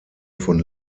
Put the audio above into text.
von